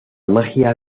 magia